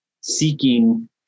seeking